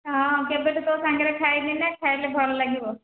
ହଁ କେବେଠୁ ତୋ ସାଙ୍ଗରେ ଖାଇନି ନା ଖାଇଲେ ଭଲ ଲାଗିବ